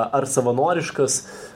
ar savanoriškas